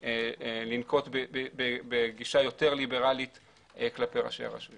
לנקוט בגישה יותר ליברלית כלפי ראשי הרשויות.